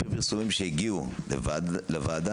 לפי פרסומים שהגיעו לוועדה,